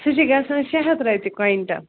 سُہ چھِ گژھان شےٚ ہَتھ رۄپیہِ کۄیِنٹَل